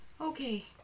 Okay